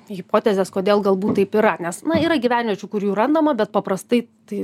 hipotezės kodėl galbūt taip yra nes na yra gyvenviečių kur jų randama bet paprastai tai